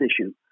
issue